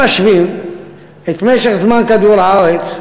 אם משווים את משך זמן כדור-הארץ,